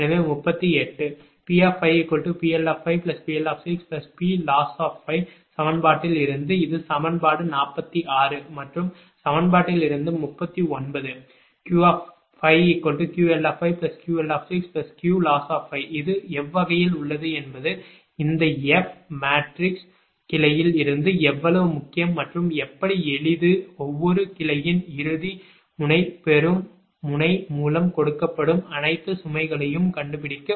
எனவே 38 P5PL5PL6Ploss5 சமன்பாட்டில் இருந்து இது சமன்பாடு 46 மற்றும் சமன்பாட்டில் இருந்து 39Q5QL5QL6Qloss5 இது எவ்வகையில் உள்ளது என்பது இந்த எஃப் மேட்ரிக்ஸ் கிளையில் இருந்து எவ்வளவு முக்கியம் மற்றும் எப்படி எளிது ஒவ்வொரு கிளையின் இறுதி முனை பெறும் முனை மூலம் கொடுக்கப்படும் அனைத்து சுமைகளையும் கண்டுபிடிக்க